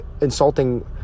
insulting